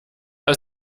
aus